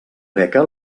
beca